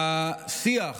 השיח